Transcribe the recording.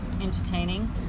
entertaining